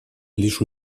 лишь